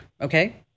Okay